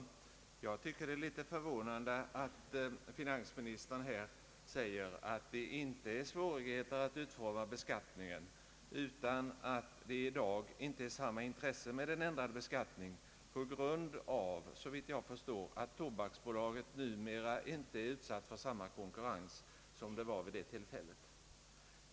Jag finner det litet förvånande att finansministern nu säger att det inte är några svårigheter för enade med att utforma beskattningen men att det i dag inte föreligger samma intresse för en ändrad beskattning på grund av — såvitt jag förstår — att Tobaksbolaget numera inte är utsatt för samma konkurrens som vid det tidigare tillfället.